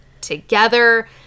together